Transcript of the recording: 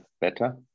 better